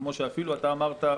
כמו שאפילו אתה אמרת,